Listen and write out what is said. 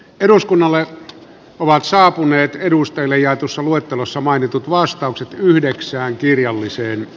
eduskunnalle ovat saapuneet edustajille jaetussa luettelossa mainitut vastaukset yhdeksään ohjelmasta